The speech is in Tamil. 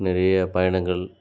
நிறைய பயணங்கள்